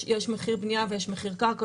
יש מחיר בנייה ויש מחיר קרקע.